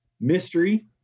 Mystery